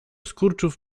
skurczów